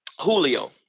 Julio